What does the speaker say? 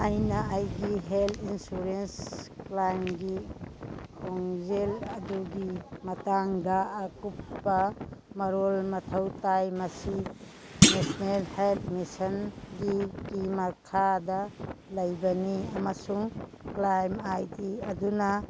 ꯑꯩꯅ ꯑꯩꯒꯤ health insurance ꯀ꯭ꯂꯦꯝꯒꯤ ꯈꯣꯡꯖꯦꯜ ꯑꯗꯨꯒꯤ ꯃꯇꯥꯡꯗ ꯑꯀꯨꯞꯄ ꯃꯔꯣꯜ ꯃꯊꯧ ꯇꯥꯏ ꯃꯁꯤ ꯅꯦꯁꯅꯦꯜ ꯍꯦꯜꯊ ꯃꯤꯁꯟꯒꯤ ꯀꯤ ꯃꯈꯥꯗ ꯂꯩꯕꯅꯤ ꯑꯃꯁꯨꯡ ꯀ꯭ꯂꯦꯝ ꯑꯥꯏ ꯗꯤ ꯑꯗꯨꯅ